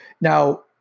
now